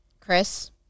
Chris